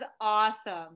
awesome